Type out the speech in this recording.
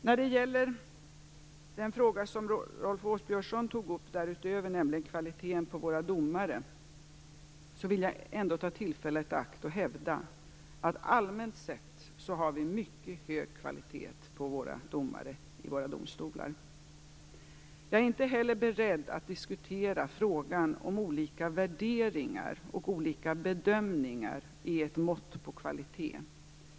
När det gäller den fråga som Rolf Åbjörnsson tog upp därutöver, nämligen kvaliteten på våra domare, vill jag ta tillfället i akt att hävda att allmänt sett har vi mycket hög kvalitet på våra domare i våra domstolar. Jag är inte heller beredd att diskutera frågan huruvida olika värderingar och olika bedömningar är ett mått på kvalitet.